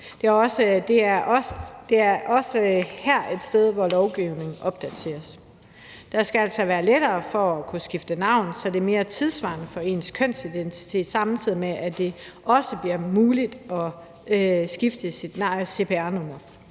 Det er også et sted, hvor lovgivningen opdateres. Det skal altså være lettere at kunne skifte navn, så det er mere svarende til ens kønsidentitet, samtidig med at det også bliver muligt at skifte sit cpr-nummer.